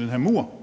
den her mur